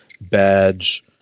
badge